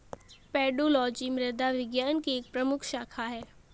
pedology मृदा विज्ञान की एक प्रमुख शाखा है